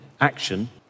action